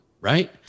right